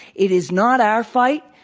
it is not our fight.